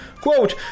Quote